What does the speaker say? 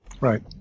Right